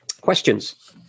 questions